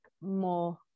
more